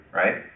right